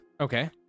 Okay